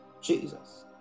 jesus